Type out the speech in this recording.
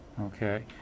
Okay